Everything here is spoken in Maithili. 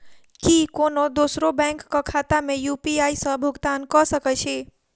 की कोनो दोसरो बैंक कऽ खाता मे यु.पी.आई सऽ भुगतान कऽ सकय छी?